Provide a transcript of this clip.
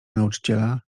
nauczyciela